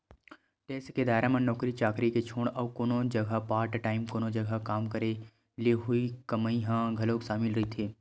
tax के दायरा म नौकरी चाकरी के छोड़ अउ कोनो जघा पार्ट टाइम कोनो जघा काम करे ले होवई कमई ह घलो सामिल रहिथे